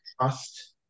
trust